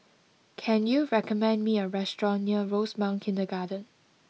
can you recommend me a restaurant near Rosemount Kindergarten